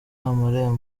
amarembo